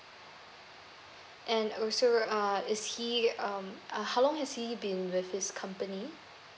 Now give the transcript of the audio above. and also uh is he um uh how long has he been with his company